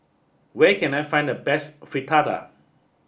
where can I find the best Fritada